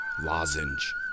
Lozenge